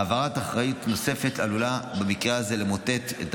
העברת אחריות נוספת עלולה במקרה הזה למוטט את